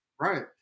Right